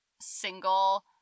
single